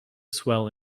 swell